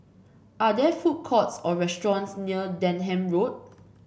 are there food courts or restaurants near Denham Road